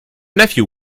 nephew